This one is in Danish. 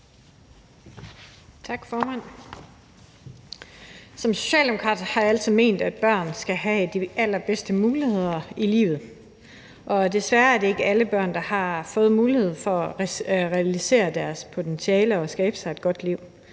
Som socialdemokrat har jeg altid ment, at børn skal have de allerbedste muligheder i livet, og desværre er det ikke alle børn, der har fået mulighed for at realisere deres potentiale og skabe sig et godt liv.